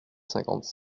cinquante